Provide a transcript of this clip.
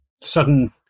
sudden